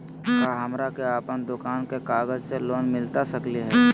का हमरा के अपन दुकान के कागज से लोन मिलता सकली हई?